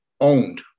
owned